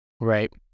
Right